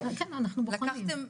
שלכם,